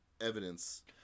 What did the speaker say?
evidence